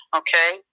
okay